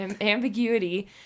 ambiguity